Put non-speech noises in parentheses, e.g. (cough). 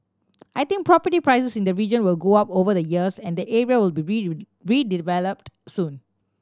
I think property prices in the region will go up over the years and the area will be (unintelligible) redeveloped soon